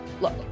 Look